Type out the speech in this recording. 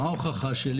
מה ההוכחה שלי